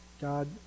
God